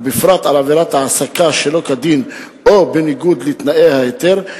ובפרט על עבירת העסקה שלא כדין או בניגוד לתנאי ההיתר,